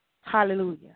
Hallelujah